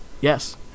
yes